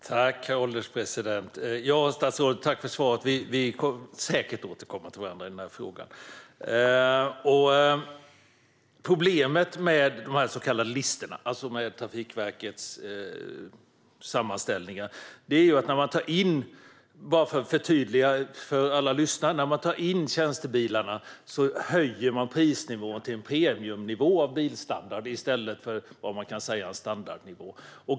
Herr ålderspresident! Jag tackar statsrådet för detta. Vi kommer säkert att återkomma till varandra i denna fråga. Problemet med dessa så kallade listor, alltså med Trafikverkets sammanställningar, är att när man tar in tjänstebilarna höjer man prisnivån till en premiumnivå av bilstandard i stället för att ha en standardnivå.